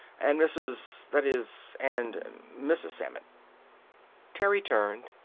and mrs that is and mrs. sammett terry turned.